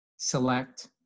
select